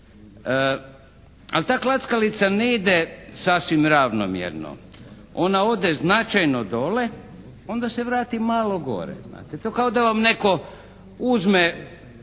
Ali ta klackalica ne ide sasvim ravnomjerno. Ona ode značajno dole, onda se vrati malo gore znate, to kao da vam netko uzme